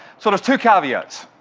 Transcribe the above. sort of two caveats.